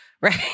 right